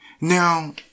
Now